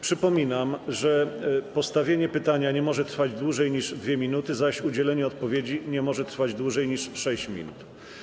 Przypominam, że postawienie pytania nie może trwać dłużej niż 2 minuty, zaś udzielenie odpowiedzi nie może trwać dłużej niż 6 minut.